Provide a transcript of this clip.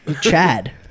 Chad